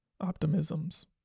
optimisms